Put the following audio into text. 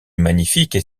magnifiques